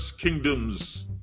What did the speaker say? kingdoms